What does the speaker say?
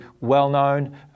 well-known